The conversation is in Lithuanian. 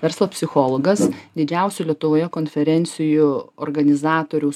verslo psichologas didžiausių lietuvoje konferencijų organizatorius